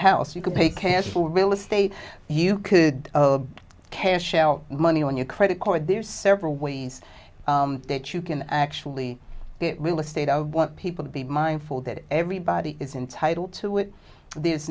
house you can pay cash for real estate you could cash out money on your credit card there's several ways that you can actually get real estate i want people to be mindful that everybody is entitled to it there's